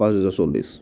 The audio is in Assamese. পাঁচ হাজাৰ চল্লিছ